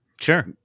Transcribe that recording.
sure